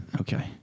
okay